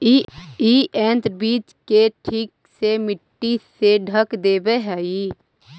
इ यन्त्र बीज के ठीक से मट्टी से ढँक देवऽ हई